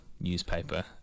newspaper